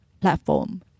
platform